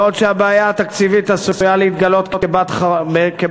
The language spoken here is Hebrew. בעוד שהבעיה התקציבית עשויה להתגלות כבת-חלוף.